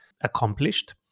accomplished